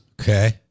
Okay